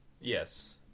Yes